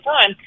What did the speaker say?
time